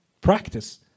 practice